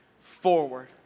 forward